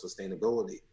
sustainability